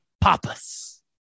Papas